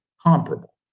comparable